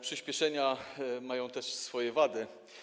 Przyspieszenia mają też swoje wady.